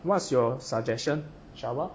what's your suggestion